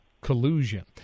collusion